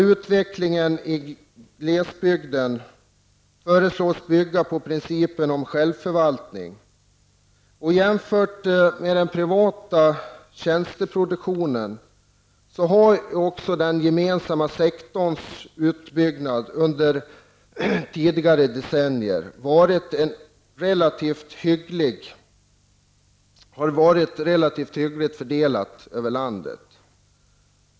Utvecklingen i glesbygden föreslås i mångt och mycket bygga på principen om självförvaltning. Jämfört med den privata tjänsteproduktionen har det när det gäller utbyggnaden av den gemensamma sektorn under tidigare decennier varit en relativt hygglig fördelning över landet.